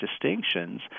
distinctions